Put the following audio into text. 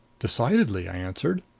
decidedly, i answered.